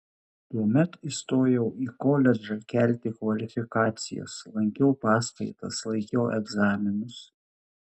tuomet įstojau į koledžą kelti kvalifikacijos lankiau paskaitas laikiau egzaminus